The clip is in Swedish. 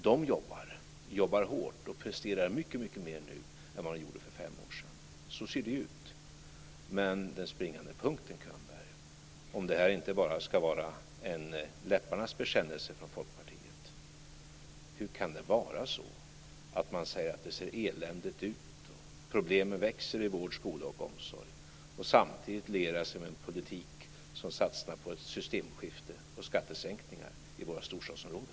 De jobbar hårt och presterar mycket mer nu än för fem år sedan. Så ser det ut. Men det finns en springande punkt, Könberg, om det här inte bara ska vara en läpparnas bekännelse från Folkpartiet. Hur kan man säga att det ser eländigt ut och att problemen växer inom vården, skolan och omsorgen och samtidigt liera sig med en politik som satsar på ett systemskifte och skattesänkningar i våra storstadsområden?